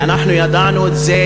ואנחנו ידענו את זה